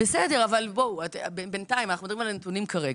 --- אנחנו מדברים על הנתונים כרגע.